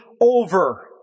over